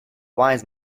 wise